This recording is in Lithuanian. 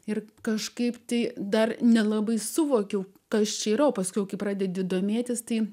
ir kažkaip tai dar nelabai suvokiau kas čia yra o paskui kai pradedi domėtis tai